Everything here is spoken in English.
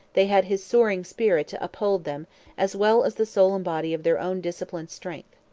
they had his soaring spirit to uphold them as well as the soul and body of their own disciplined strength.